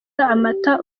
amata